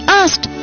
asked